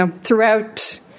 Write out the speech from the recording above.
throughout